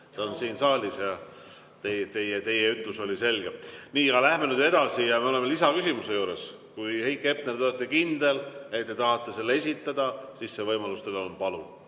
Ta on siin saalis ja teie ütlus oli selge. Nii. Läheme nüüd edasi. Me oleme lisaküsimuse juures. Kui, Heiki Hepner, te olete kindel, et te tahate selle esitada, siis see võimalus teil on. Palun!